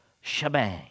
shebang